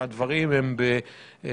והדברים הם בסמכות,